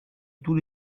tous